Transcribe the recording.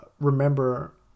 remember